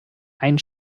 ein